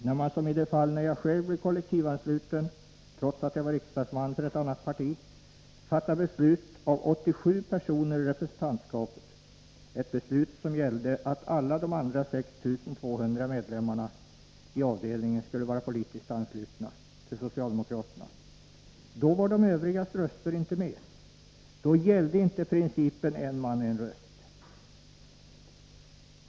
Den tesen gällde inte då jag själv blev kollektivansluten till socialdemokraterna, trots att jag var riksdagsman för ett annat parti. Beslutet fattades av 87 personer i representantskapet, ett beslut som gällde att alla de andra 6 200 medlemmarnai avdelningen skulle vara politiskt anslutna till socialdemokraterna. Då var de övrigas röster inte med. Då gällde inte principen ”en man en röst”.